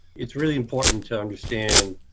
it's really important to understand